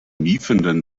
miefenden